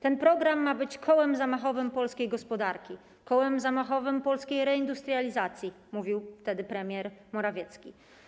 Ten program ma być kołem zamachowym polskiej gospodarki, kołem zamachowym polskiej reindustrializacji - mówił wtedy premier Morawiecki.